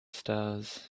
stars